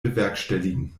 bewerkstelligen